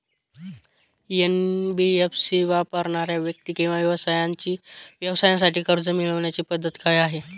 NBFC वापरणाऱ्या व्यक्ती किंवा व्यवसायांसाठी कर्ज मिळविण्याची पद्धत काय आहे?